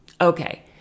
Okay